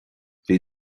bhí